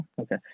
Okay